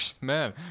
man